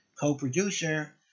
co-producer